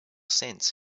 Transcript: sense